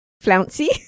Flouncy